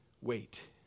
wait